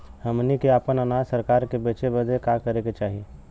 हमनी के आपन अनाज सरकार के बेचे बदे का करे के चाही?